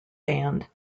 band